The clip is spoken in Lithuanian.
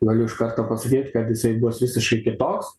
galiu iš karto pasakyt kad jisai bus visiškai kitoks